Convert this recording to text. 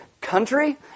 country